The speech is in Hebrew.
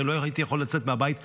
הרי לא הייתי יכול לצאת מהבית חודשים.